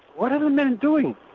what are the men doing?